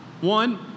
one